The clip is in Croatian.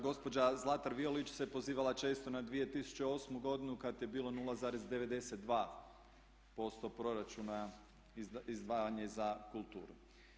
Gospođa Zlatar Violić se pozivala često na 2008. godinu kad je bilo 0,92% proračuna izdvajanje za kulturu.